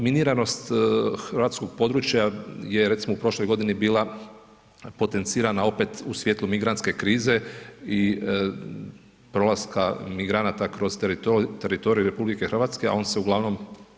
Miniranost hrvatskog područja je recimo u prošloj godini bila potencirala opet u svjetlu migrantske krize i prolaska migranata kroz teritorij RH, a on se ugl.